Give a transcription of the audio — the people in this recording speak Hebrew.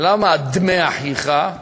למה דמי אחיך?